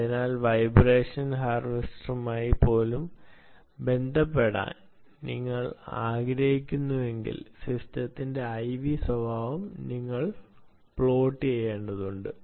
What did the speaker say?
അതിനാൽ വൈബ്രേഷൻ ഹാർവെസ്റ്ററുമായി പോലും ബന്ധപ്പെടാൻ നിങ്ങൾ ആഗ്രഹിക്കുന്നുവെങ്കിൽ സിസ്റ്റത്തിന്റെ IV സ്വഭാവം നിങ്ങൾ പ്ലോട്ട് ചെയ്യേണ്ടതുണ്ട്